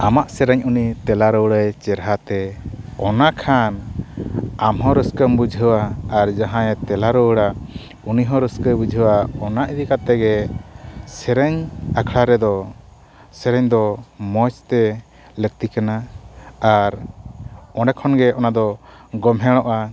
ᱟᱢᱟᱜ ᱥᱮᱨᱮᱧ ᱩᱱᱤ ᱛᱮᱞᱟ ᱨᱩᱣᱟᱹᱲᱟᱭ ᱪᱮᱨᱦᱟᱛᱮ ᱚᱱᱟ ᱠᱷᱟᱱ ᱟᱢ ᱦᱚᱸ ᱨᱟᱹᱥᱠᱟᱹᱢ ᱵᱩᱡᱷᱟᱹᱣᱟ ᱟᱨ ᱡᱟᱦᱟᱸᱭᱮ ᱛᱮᱞᱟ ᱨᱩᱣᱟᱹᱲᱟ ᱩᱱᱤ ᱦᱚᱸ ᱨᱟᱹᱥᱠᱟᱹᱭ ᱵᱩᱡᱷᱟᱹᱣᱟ ᱚᱱᱟ ᱤᱫᱤ ᱠᱟᱛᱮᱫ ᱜᱮ ᱥᱮᱨᱮᱧ ᱟᱠᱷᱲᱟ ᱨᱮᱫᱚ ᱥᱮᱨᱮᱧ ᱫᱚ ᱢᱚᱡᱽᱛᱮ ᱞᱟᱹᱠᱛᱤ ᱠᱟᱱᱟ ᱟᱨ ᱚᱸᱰᱮ ᱠᱷᱚᱱ ᱜᱮ ᱚᱱᱟ ᱫᱚ ᱜᱳᱢᱮᱦᱲᱚᱜᱼᱟ